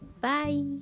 bye